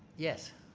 yes,